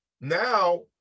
now